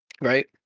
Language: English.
right